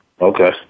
Okay